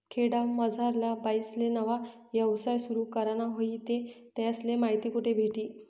खेडामझारल्या बाईसले नवा यवसाय सुरु कराना व्हयी ते त्यासले माहिती कोठे भेटी?